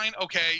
okay